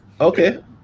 okay